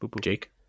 Jake